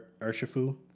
Urshifu